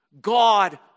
God